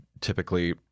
typically